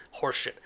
Horseshit